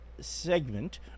segment